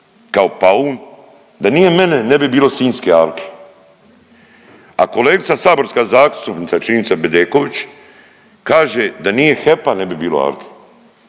kao paun da nije mene ne bi bilo Sinjske alke. A kolegica saborska zastupnica čini mi se Bedeković kaže da nije HEP-a ne bi bilo Alke.